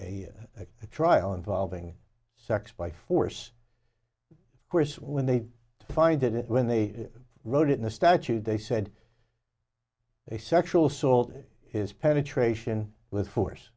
a trial involving sex by force of course when they find it when they wrote it in the statute they said a sexual assault is penetration with force